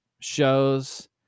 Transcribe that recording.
shows